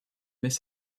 miss